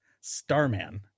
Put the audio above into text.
starman